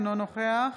אינו נוכח